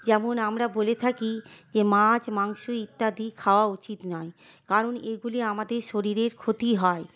যেমন আমরা বলে থাকি যে মাছ মাংস ইত্যাদি খাওয়া উচিত নয় কারণ এগুলি আমাদের শরীরের ক্ষতি হয়